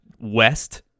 West